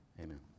Amen